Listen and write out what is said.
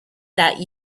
that